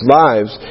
lives